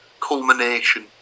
culmination